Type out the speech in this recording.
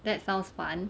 that sounds fun